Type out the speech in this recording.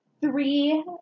three